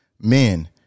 Men